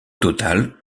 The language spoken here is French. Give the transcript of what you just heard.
total